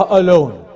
alone